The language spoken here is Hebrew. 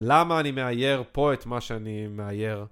למה אני מאייר פה את מה שאני מאייר?